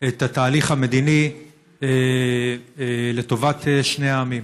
את התהליך המדיני לטובת שני העמים.